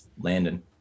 Landon